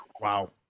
Wow